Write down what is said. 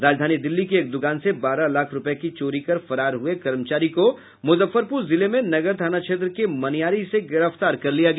राजधानी दिल्ली की एक द्रकान से बारह लाख रुपये की चोरी कर फरार हए कर्मचारी को मुजफ्फरपुर जिले में नगर थाना क्षेत्र के मनिआरी से गिरफ्तार कर लिया गया